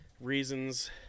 reasons